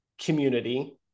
Community